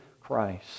Christ